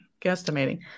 guesstimating